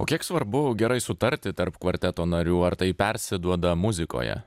o kiek svarbu gerai sutarti tarp kvarteto narių ar tai persiduoda muzikoje